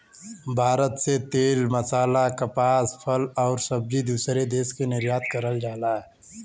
भारत से तेल मसाला कपास फल आउर सब्जी दूसरे देश के निर्यात करल जाला